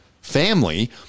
family